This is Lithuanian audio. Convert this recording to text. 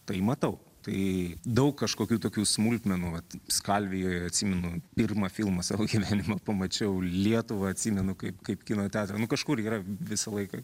tai matau tai daug kažkokių tokių smulkmenų vat skalvijoj atsimenu pirmą filmą savo gyvenimo pamačiau lietuvą atsimenu kaip kaip kino teatrą nu kažkur yra visą laiką